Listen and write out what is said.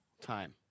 time